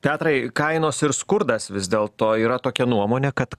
petrai kainos ir skurdas vis dėlto yra tokia nuomonė kad